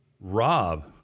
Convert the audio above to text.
Rob